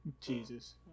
Jesus